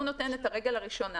הוא נותן את הרגל הראשונה.